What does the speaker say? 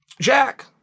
Jack